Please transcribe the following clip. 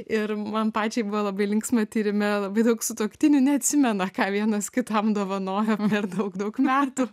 ir man pačiai buvo labai linksma tyrime labai daug sutuoktinių neatsimena ką vienas kitam dovanojo per daug daug metų